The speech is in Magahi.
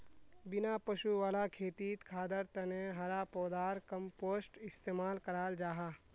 बिना पशु वाला खेतित खादर तने हरा पौधार कम्पोस्ट इस्तेमाल कराल जाहा